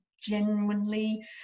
genuinely